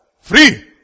Free